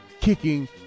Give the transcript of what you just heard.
kicking